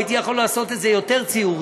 הייתי יכול לעשות את זה יותר ציורי,